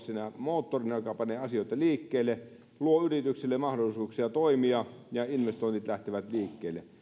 moottorina joka panee asioita liikkeelle luo yrityksille mahdollisuuksia toimia ja investoinnit lähtevät liikkeelle